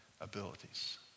abilities